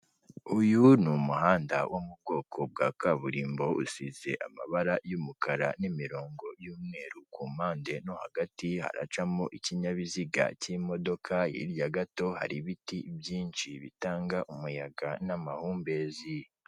Uyu ni umuhanda wo mu bwoko bwa kaburimbo usize amabara y'umukara n'imirongo y'umweru, ku mpande no hagati haracamo ikinyabiziga cy'imodoka, hirya gato hari ibiti byinshi bitanga umuyaga n'amahumbezi.